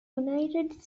united